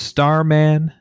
Starman